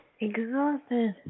Exhausted